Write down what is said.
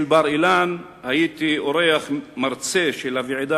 של בר-אילן הייתי אורח מרצה של הוועידה